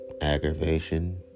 Aggravation